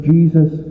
Jesus